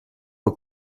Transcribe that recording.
aux